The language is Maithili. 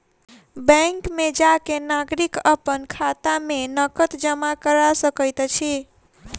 बैंक में जा के नागरिक अपन खाता में नकद जमा करा सकैत अछि